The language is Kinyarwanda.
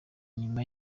nyuma